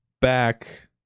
back